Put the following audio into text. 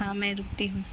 ہاں میں رکتی ہوں